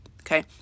Okay